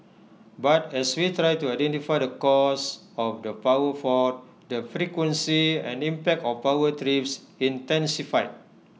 but as we tried to identify the cause of the power fault the frequency and impact of power trips intensified